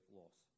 loss